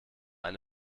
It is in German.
eine